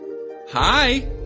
Hi